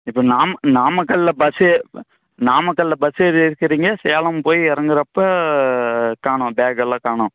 இப்போ நாமக்கல்லில் பஸ்ஸு நாமக்கல்லில் பஸ்ஸு ஏறியிருக்கிறீங்க சேலம் போய் இறங்கறப்ப காணோம் பேக்கெல்லாம் காணோம்